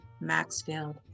Maxfield